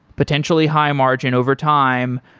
potentially high margin overtime,